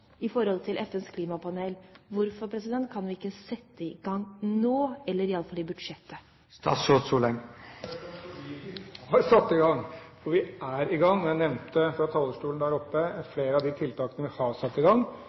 i forhold til FNs klimapanel. Hvorfor kan vi ikke sette i gang nå, eller iallfall i budsjettet? Fordi vi har satt i gang!